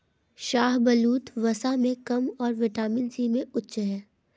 शाहबलूत, वसा में कम और विटामिन सी में उच्च है